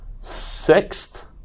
sixth